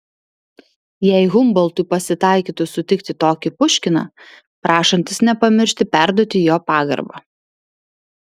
jei humboltui pasitaikytų sutikti tokį puškiną prašantis nepamiršti perduoti jo pagarbą